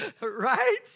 Right